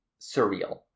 surreal